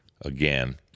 again